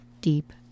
deep